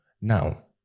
Now